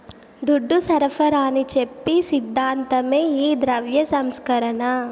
దుడ్డు సరఫరాని చెప్పి సిద్ధాంతమే ఈ ద్రవ్య సంస్కరణ